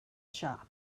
shop